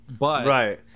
Right